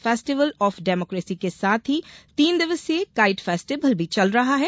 festival of democracy के साथ ही तीन दिवसीय काइट फेस्टिवल भी चल रहा है